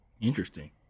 Interesting